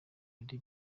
lady